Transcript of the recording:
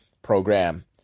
program